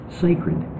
sacred